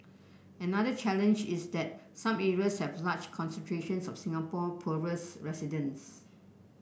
another challenge is that some areas have large concentrations of Singapore poorest residents